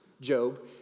Job